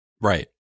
Right